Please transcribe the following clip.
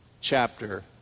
chapter